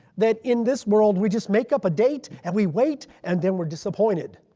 that in this world we just make up a date and we wait and then we're disappointed?